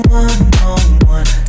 one-on-one